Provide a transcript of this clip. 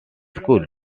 schools